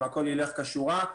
אם הכול ילך כשורה,